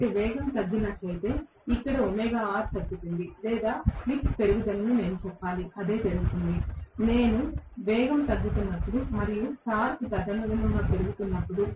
కాబట్టి వేగం తగ్గినట్లయితే ఇక్కడ తగ్గుతుంది లేదా స్లిప్ పెరుగుదలను నేను చెప్పాలి అదే జరుగుతుంది నేను వేగం తగ్గుతున్నప్పుడు మరియు టార్క్ తదనుగుణంగా పెరుగుతున్నప్పుడు